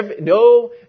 no